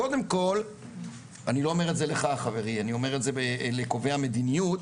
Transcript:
קודם כל אימצנו את זה כחלק מהפתרונות במתווה בערים כתומות ואדומות,